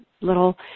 little